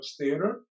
Theater